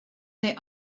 their